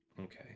okay